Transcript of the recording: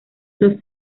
los